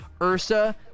Ursa